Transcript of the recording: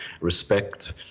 respect